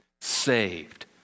saved